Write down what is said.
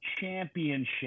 championship